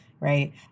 Right